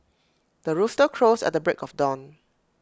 the rooster crows at the break of dawn